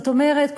זאת אומרת,